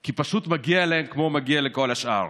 כי פשוט מגיע להן כמו שמגיע לכל השאר.